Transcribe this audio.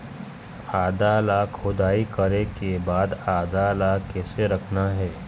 आदा ला खोदाई करे के बाद आदा ला कैसे रखना हे?